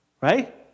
Right